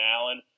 Allen